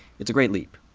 it's a great leap.